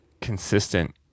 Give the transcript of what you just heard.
consistent